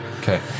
Okay